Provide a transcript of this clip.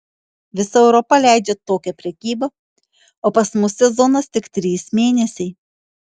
visa europa leidžią tokią prekybą o pas mus sezonas tik trys mėnesiai